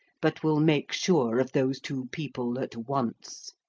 but will make sure of those two people at once.